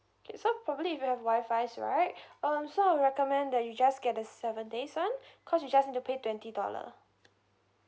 okay so probably you'll have Wi-Fi right um so I'll recommend that you just get the seven days [one] because you just need to pay twenty dollar